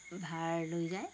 ভাৰ লৈ যায়